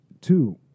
two